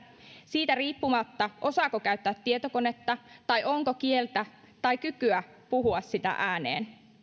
siitä riippumatta osaako hän käyttää tietokonetta tai onko kieltä tai kykyä puhua sitä ääneen